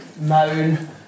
moan